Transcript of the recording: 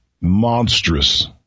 monstrous